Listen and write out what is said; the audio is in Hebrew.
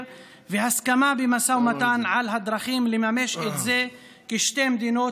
והסכמה במשא ומתן על הדרכים לממש את זה כשתי מדינות,